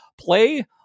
play